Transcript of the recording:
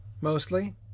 Mostly